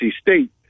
State